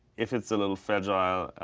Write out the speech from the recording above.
if it's a little fragile,